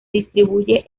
distribuye